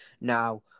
Now